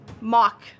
mock